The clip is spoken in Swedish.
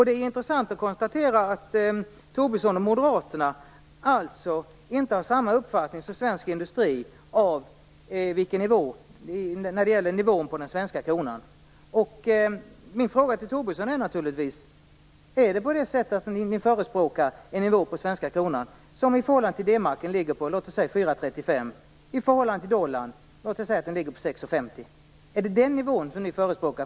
Det är intressant att konstatera att Tobisson och Moderaterna inte har samma uppfattning som svensk industri när det gäller nivån på den svenska kronan. Min fråga till Tobisson är: Är det så att ni förespråkar en nivå på svenska kronan som i förhållande till D-marken ligger på 4:35 och i förhållande till dollarn på 6:50? Är det den nivån ni förespråkar?